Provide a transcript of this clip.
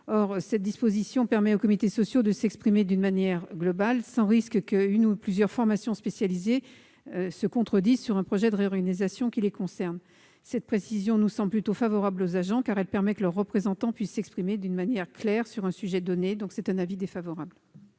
Or cette disposition permettra aux comités sociaux de s'exprimer de manière globale, sans risque que plusieurs formations spécialisées ne se contredisent sur un projet de réorganisation qui les concerne. Cette précision nous semble plutôt favorable aux agents, car elle permet que leurs représentants s'expriment clairement sur un sujet donné. L'avis est donc défavorable.